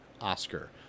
Oscar